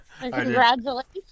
Congratulations